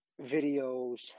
videos